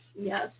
yes